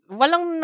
walang